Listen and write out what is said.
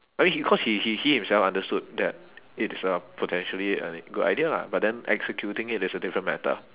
I mean he cause he he he himself understood that it is a potentially a good idea lah but then executing it is a different matter